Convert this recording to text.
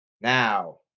Now